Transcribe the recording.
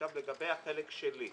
עכשיו לגבי החלק שלי,